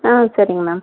ஆ சரிங்க மேம்